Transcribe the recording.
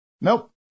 nope